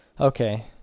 Okay